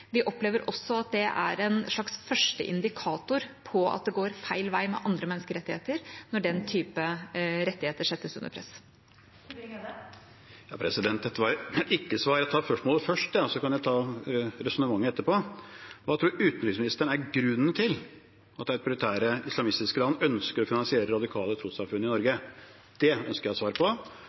Vi opplever også at det er en slags første indikator på at det går feil vei med andre menneskerettigheter når den type rettigheter settes under press. Christian Tybring-Gjedde – til oppfølgingsspørsmål. Dette var et ikke-svar. Jeg tar spørsmålet først, og så kan jeg ta resonnementet etterpå. Hva tror utenriksministeren er grunnen til at autoritære islamistiske land ønsker å finansiere radikale trossamfunn i Norge? Det ønsker jeg svar på.